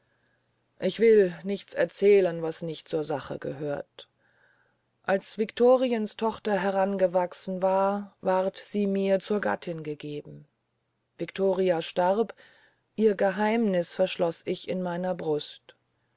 ich will nichts erzählen was nicht zur sache gehört als victoriens tochter herangewachsen war ward sie mir zur gattin gegeben victoria starb ihr geheimniß verschloß ich in meiner brust